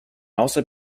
also